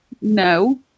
no